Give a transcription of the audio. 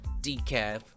Decaf